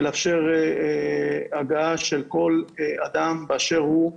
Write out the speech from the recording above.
ולאפשר הגעה של כל אדם, באשר הוא,